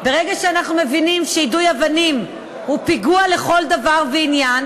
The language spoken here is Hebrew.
ברגע שאנחנו מבינים שיידוי אבנים הוא פיגוע לכל דבר ועניין,